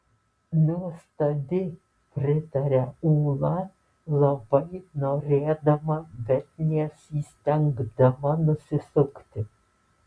nuostabi prataria ūla labai norėdama bet neįstengdama nusisukti